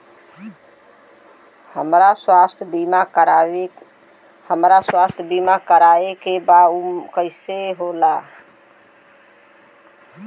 हमरा के स्वास्थ्य बीमा कराए के बा उ कईसे होला?